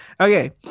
Okay